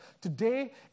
today